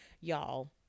y'all